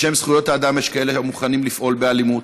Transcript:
בשם זכויות האדם יש כאלה המוכנים לפעול באלימות,